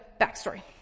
backstory